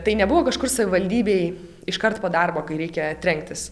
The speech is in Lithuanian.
tai nebuvo kažkur savivaldybėj iškart po darbo kai reikia trenktis